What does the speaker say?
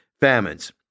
famines